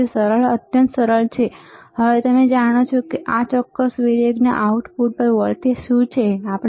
તેથી સરળ અત્યંત સરળ હવે તમે જાણો છો કે આ ચોક્કસ વેરિએકના આઉટપુટ પર વોલ્ટેજ શું છે સાચું